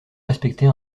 respecter